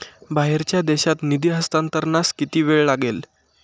बाहेरच्या देशात निधी हस्तांतरणास किती वेळ लागेल?